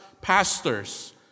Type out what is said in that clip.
pastors